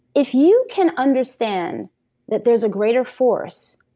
if you can understand that there's a greater force,